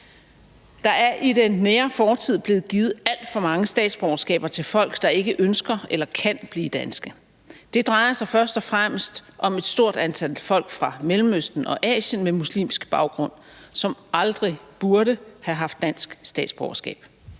Der er i den nære fortid blevet givet alt for mange statsborgerskaber til folk, der ikke ønsker eller kan blive danske. Det drejer sig først og fremmest om et stort antal folk fra Mellemøsten og Asien med muslimsk baggrund, som aldrig burde have haft dansk statsborgerskab.